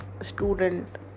student